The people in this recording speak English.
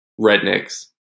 rednecks